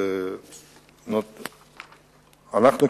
אנחנו,